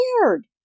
scared